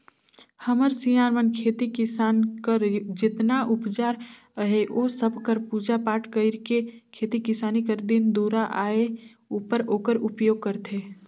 हमर सियान मन खेती किसानी कर जेतना अउजार अहे ओ सब कर पूजा पाठ कइर के खेती किसानी कर दिन दुरा आए उपर ओकर उपियोग करथे